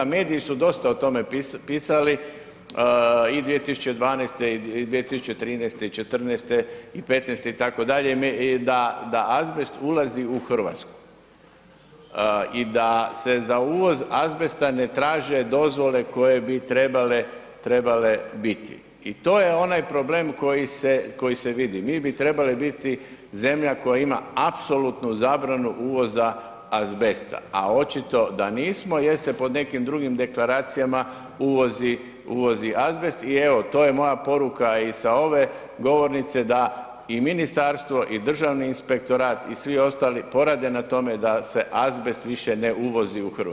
Mediji su dosta o tome pisali i 2012. i 2013. i '14. i '15. itd. da azbest ulazi u RH i da se za uvoz azbesta ne traže dozvole koje bi trebale biti i to je onaj problem koji se vidi, mi bi trebali biti zemlja koja ima apsolutnu zabranu uvoza azbesta, a očito da nismo jer se pod nekim drugim deklaracijama uvozi azbest i evo to je moja poruka i sa ove govornice da i ministarstvo i državni inspektorat i svi ostali porade na tome da se azbest više ne uvozi u RH.